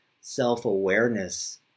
self-awareness